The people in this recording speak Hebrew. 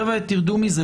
חבר'ה, תרדו מזה.